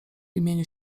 imieniu